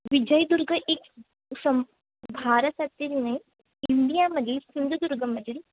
विजयदुर्ग एक असं भारतातील नाही इंडियामधील सिंधुदुर्गमधील